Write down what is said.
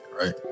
right